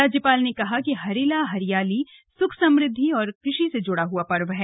राज्यपाल ने कहा कि हरेला हरियाली सुख समृद्धि और कृषि से जुड़ा पर्व है